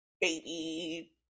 baby